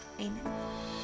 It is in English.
amen